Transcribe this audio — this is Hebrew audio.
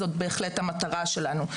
זאת בהחלט המטרה שלנו.